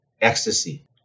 ecstasy